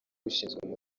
ushinzwe